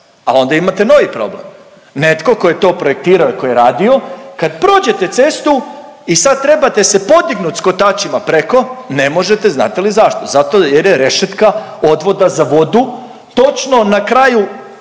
A onda imate novi problem. Netko tko je to projektirao i tko je radio kad prođete cestu i sad trebate se podignut sa kotačima preko ne možete. Znate li zašto? Zato jer je rešetka odvoda za vodu točno na kraju